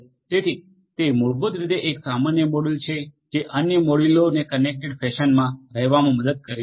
તેથી તે મૂળભૂત રીતે એક સામાન્ય મોડ્યુલ છે જે અન્ય મોડ્યુલોને કન્નેકટેડ ફેશન મા રહેવામા મદદ કરે છે